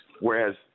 Whereas